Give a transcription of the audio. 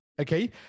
Okay